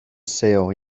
sale